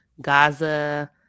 Gaza